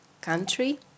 country